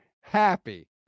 happy